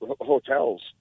hotels